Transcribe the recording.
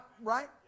right